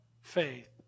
faith